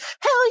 hell